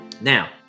Now